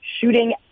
shooting